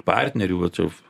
partnerių va čia